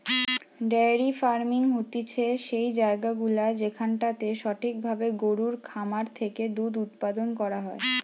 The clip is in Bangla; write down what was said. ডায়েরি ফার্মিং হতিছে সেই জায়গাগুলা যেখানটাতে সঠিক ভাবে গরুর খামার থেকে দুধ উপাদান করা হয়